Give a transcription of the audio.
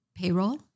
payroll